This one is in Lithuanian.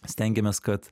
stengiamės kad